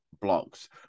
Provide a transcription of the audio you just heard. blocks